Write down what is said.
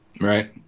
Right